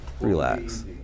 relax